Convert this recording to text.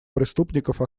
преступников